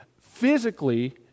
physically